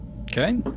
Okay